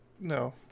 No